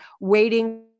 waiting